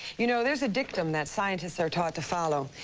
you know, there's a dict um that scientists are taught to follow.